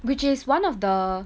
which is one of the